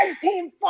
team